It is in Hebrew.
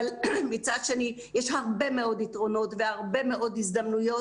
אבל מצד שני יש בזה הרבה מאוד יתרונות והרבה מאוד הזדמנויות,